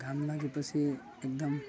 घाम लागेपछि एकदम